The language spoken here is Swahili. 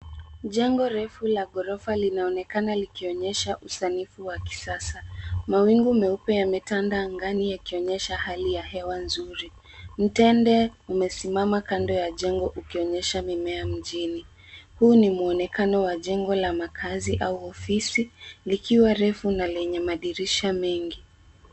Jengo refu la ghorofa linaonekana likionyesha usanifu wa kisasa. Mawingu meupe yametanda angani yakionyesha hali ya hewa nzuri. Mtende umesimama kando ya jengo ukionyesha mimea mjini. Huu ni muonekano wa jengo la makazi au ofisi likiwa refu na lenye madirisha mengi.